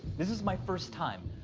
this is my first time.